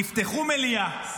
יפתחו מליאה,